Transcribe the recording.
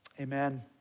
Amen